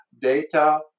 data